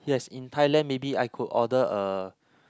yes in Thailand maybe I could order a